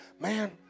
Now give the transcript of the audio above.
man